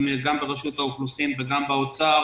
גם ברשות האוכלוסין וגם במשרד האוצר,